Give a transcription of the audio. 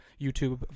YouTube